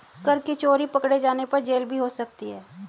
कर की चोरी पकडे़ जाने पर जेल भी हो सकती है